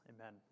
Amen